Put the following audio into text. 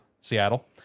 Seattle